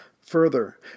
Further